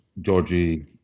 Georgie